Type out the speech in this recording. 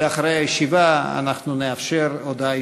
ואחרי הישיבה אנחנו נאפשר הודעה אישית,